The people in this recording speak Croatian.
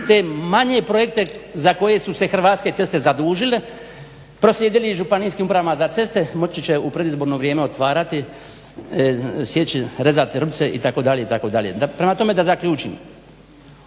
te manje projekte za koje su se Hrvatske ceste zadužile, proslijedili županijskim upravama za ceste, moći će u predizborno vrijeme otvarati, sjeći, rezati vrpce itd., itd. Prema tome da zaključim,